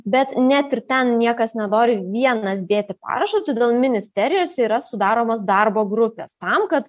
bet net ir ten niekas nenori vienas dėti parašus todėl ministerijose yra sudaromos darbo grupės tam kad